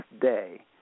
day